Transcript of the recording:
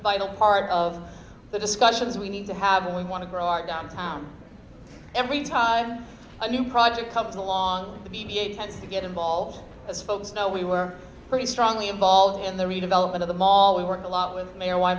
vital part of the discussions we need to have and we want to grow our downtown every time a new project comes along the mediate has to get involved as folks now we were pretty strongly involved in the redevelopment of the mall we worked a lot with ma